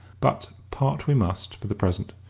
but part we must, for the present.